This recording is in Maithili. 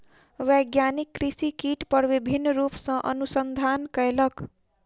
वैज्ञानिक कृषि कीट पर विभिन्न रूप सॅ अनुसंधान कयलक